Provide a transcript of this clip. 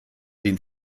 den